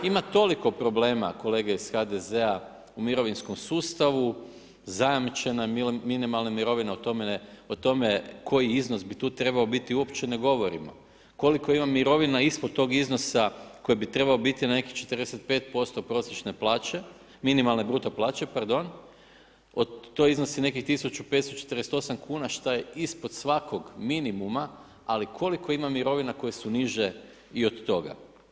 Ima toliko problema kolege iz HDZ-a u mirovinskom sustavu, zajamčene minimalne mirovine o tome koji iznos bi tu trebao biti, uopće ne govorimo, koliko ima mirovina ispod toga iznosa koji bi trebao biti nekih 45% prosječne plaće, minimalne bruto plaće pardon, to iznosi nekih 1.548 kuna šta je ispod svakog minimuma, ali koliko ima mirovina koje su niže i od toga.